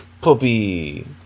Puppy